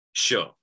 Sure